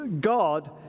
God